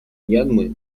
мьянмы